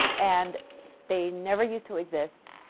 and they never used to exist.